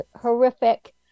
horrific